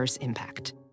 Impact